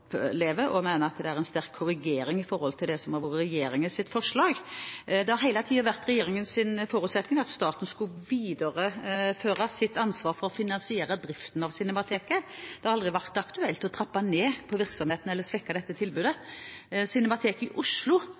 en sterk korrigering av regjeringens forslag. Det har hele tiden vært regjeringens forutsetning at staten skulle videreføre sitt ansvar for å finansiere driften av Cinemateket. Det har aldri vært aktuelt å trappe ned virksomheten eller svekke dette tilbudet. Cinemateket i Oslo